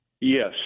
Yes